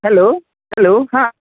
hello hello हा